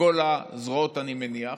מכל הזרועות, אני מניח.